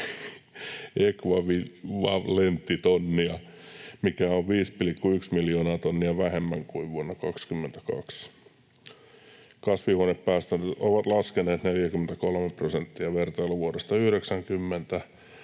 hiilidioksidiekvivalenttitonnia, mikä on 5,1 miljoonaa tonnia vähemmän kuin vuonna 22. Kasvihuonepäästöt ovat laskeneet 43 prosenttia vertailuvuodesta 90